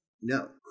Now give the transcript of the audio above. no